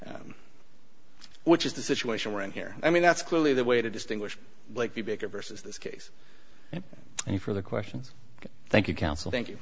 which is the situation we're in here i mean that's clearly the way to distinguish like the baker versus this case and for the question thank you counsel thank